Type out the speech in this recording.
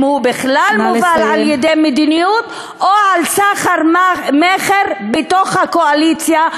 אם הוא בכלל מובל על-ידי מדיניות או על-ידי סחר-מכר בתוך הקואליציה,